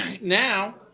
now